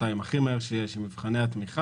מחרתיים או מהר ככל האפשר עם מבחני התמיכה,